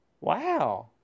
Wow